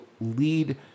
lead